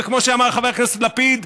וכמו שאמר חבר הכנסת לפיד,